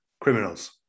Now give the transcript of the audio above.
criminals